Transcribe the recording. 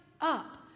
up